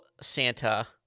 Santa